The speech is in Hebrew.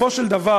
בסופו של דבר,